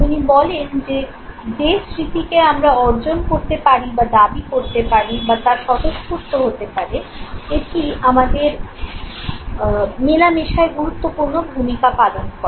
উনি বলেন যে যে স্মৃতি কে আমরা অর্জন করতে পারি বা দাবী করতে পারি বা তা স্বতঃস্ফূর্ত হতে পারে এটি আমাদের মেলামেশায় গুরুত্বপূর্ণ ভূমিকা পালন করে